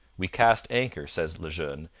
we cast anchor says le jeune,